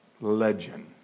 legend